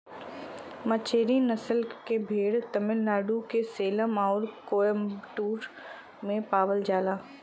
मचेरी नसल के भेड़ तमिलनाडु के सेलम आउर कोयम्बटूर में पावल जाला